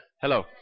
Hello